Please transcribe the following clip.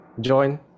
join